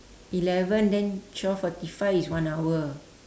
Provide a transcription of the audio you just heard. eleven then twelve forty five is one hour